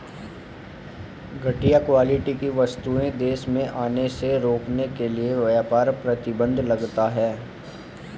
घटिया क्वालिटी की वस्तुएं देश में आने से रोकने के लिए व्यापार प्रतिबंध लगता है